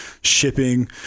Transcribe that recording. shipping